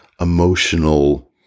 emotional